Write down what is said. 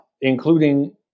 including